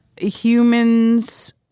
humans